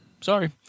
Sorry